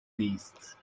beasts